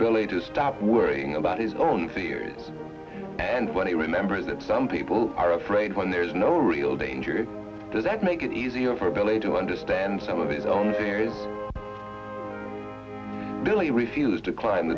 billy to stop worrying about his own fears and when he remembers that some people are afraid when there's no real danger does that make it easier for belay to understand some of his own fears billy refused to climb